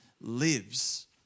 lives